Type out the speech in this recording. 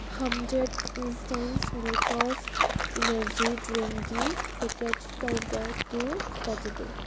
ꯍꯝꯗꯔꯠ instant glucose energy ꯗ꯭ꯔꯤꯡꯒꯤ packets ꯇꯧꯕꯗꯨ ꯐꯖꯗꯦ